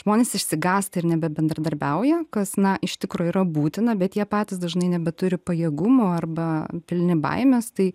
žmonės išsigąsta ir nebebendradarbiauja kas na iš tikro yra būtina bet jie patys dažnai nebeturi pajėgumų arba pilni baimės tai